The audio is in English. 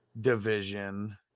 division